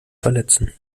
verletzen